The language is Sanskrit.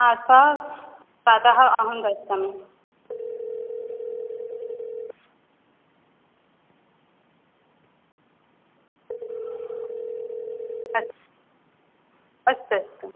आ श्वः प्रातः अहं गच्छामि अस् अस्तु अस्तु